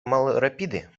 malrapide